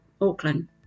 Auckland